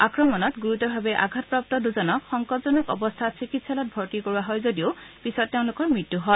আক্ৰমণত গুৰুতৰভাৱে আঘাতপ্ৰাপ্ত দুজনক সংকটজনক অৱস্থাত চিকিৎসালয়ত ভৰ্তি কৰোৱা হয় যদিও তেওঁলোকৰ মত্যু হয়